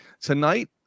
tonight